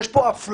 יש פה אפליה.